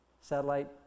satellite